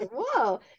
whoa